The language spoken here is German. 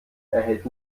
erhält